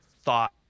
thought